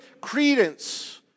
credence